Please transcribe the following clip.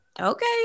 okay